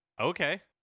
Okay